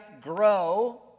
grow